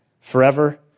forever